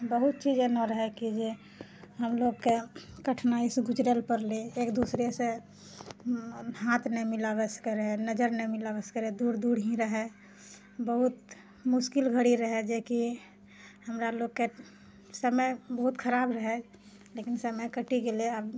बहुत चीज एहनो रहै कि जे हमलोगके कठिनाइसँ गुजरल पड़लै एक दूसरेसे हाथ नहि मिलाबै सकैत रहै नजर नहि मिलाबैत सकय रहय दूर दूर ही रहय बहुत मुश्किल घड़ी रहय जेकि हमरा लोकके समय बहुत खराब रहै लेकिन समय कटि गेलय आब